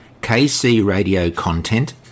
kcradiocontent